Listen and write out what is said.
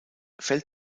fällt